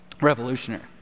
revolutionary